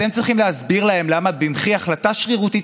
אתם צריכים להסביר לו למה במחי החלטה שרירותית